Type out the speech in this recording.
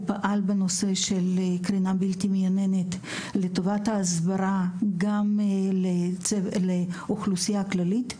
הוא פעל בנושא של קרינה בלתי מייננת לטובת ההסברה גם לאוכלוסייה הכללית,